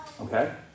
okay